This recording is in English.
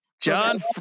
John